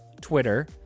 Twitter